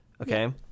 Okay